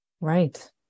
right